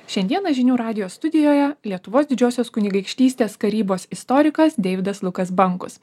šiandieną žinių radijo studijoje lietuvos didžiosios kunigaikštystės karybos istorikas deividas lukas bankus